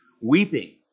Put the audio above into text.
weeping